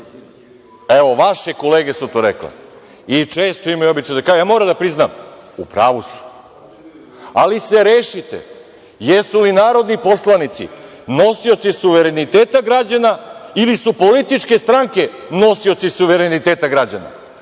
Evo, vaše kolege su to rekle i često imaju običaj da kažu. Ja moram da priznam, u pravu su, ali se rešite, jesu li narodni poslanici nosioci suvereniteta građana ili su političke stranke nosioci suvereniteta građana.